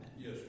Yes